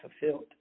fulfilled